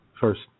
first